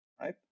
right